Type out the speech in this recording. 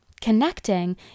connecting